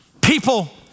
people